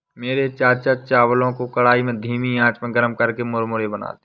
मेरे चाचा चावलों को कढ़ाई में धीमी आंच पर गर्म करके मुरमुरे बनाते हैं